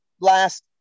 last